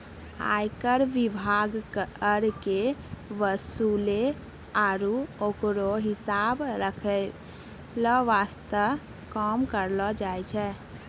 आयकर विभाग कर के वसूले आरू ओकरो हिसाब रख्खै वास्ते काम करै छै